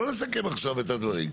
לא לסכם עכשיו את הדברים.